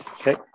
Okay